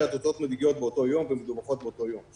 שהתוצאות מגיעות באותו יום ומדווחות באותו יום.